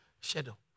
shadow